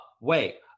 wait